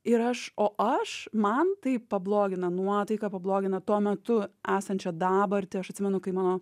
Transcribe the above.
ir aš o aš man tai pablogina nuotaiką pablogina tuo metu esančią dabartį aš atsimenu kaip mano